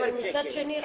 אבל מצד שני,